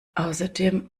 außerdem